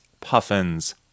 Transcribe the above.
puffins